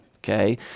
Okay